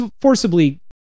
forcibly